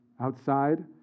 Outside